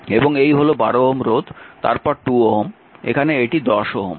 এবং এই হল 12 Ω রোধ তারপর 2 Ω এখানে এটি 10 Ω এবং এখানে এটি 6 Ω